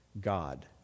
God